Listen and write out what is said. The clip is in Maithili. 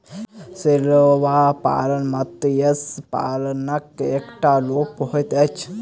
शैवाल पालन मत्स्य पालनक एकटा रूप होइत अछि